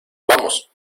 vamos